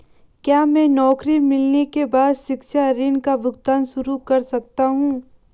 क्या मैं नौकरी मिलने के बाद शिक्षा ऋण का भुगतान शुरू कर सकता हूँ?